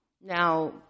Now